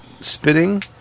spitting